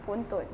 buntut